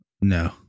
No